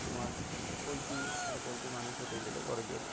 তোমার পোলট্রী একটা পোলট্রী মানুষ হতে গেলে বড় জোর